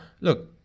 look